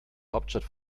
hauptstadt